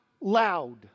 loud